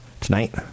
tonight